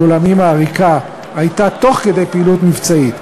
ואולם אם העריקה הייתה תוך כדי פעילות מבצעית,